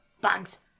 Bugs